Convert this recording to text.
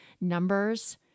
numbers